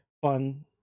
fun